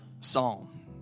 psalm